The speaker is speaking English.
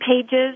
pages